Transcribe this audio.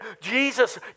Jesus